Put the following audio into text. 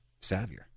Savier